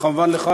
וכמובן לך,